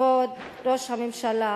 כבוד ראש הממשלה,